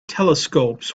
telescopes